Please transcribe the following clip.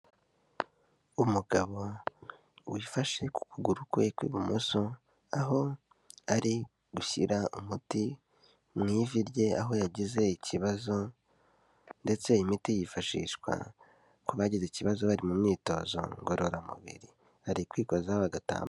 Umugabo wifashe ku kuguru kwe kw'ibumoso, aho ari gushyira umuti mu ivi rye aho yagize ikibazo, ndetse imiti yifashishwa ku bagize ikibazo bari mu myitozo ngororamubiri, ari kwibazazaho agatambaro.